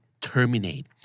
terminate